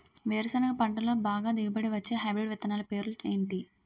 వేరుసెనగ పంటలో బాగా దిగుబడి వచ్చే హైబ్రిడ్ విత్తనాలు పేర్లు ఏంటి?